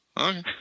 Okay